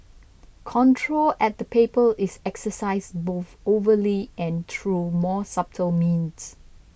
control at the paper is exercised both overly and through more subtle means